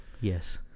Yes